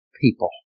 people